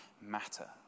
matter